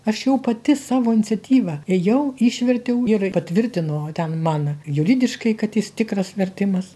aš jau pati savo iniciatyva ėjau išvertiau ir patvirtino ten man juridiškai kad jis tikras vertimas